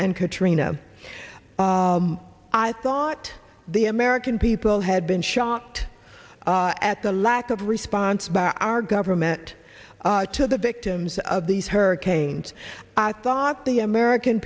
and katrina i thought the american people had been shocked at the lack of response by our government to the victims of these hurricanes i thought the american